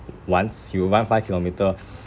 once he will run five kilometer